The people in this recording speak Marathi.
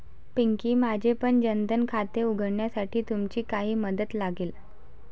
पिंकी, माझेपण जन धन खाते उघडण्यासाठी तुमची काही मदत लागेल